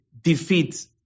defeat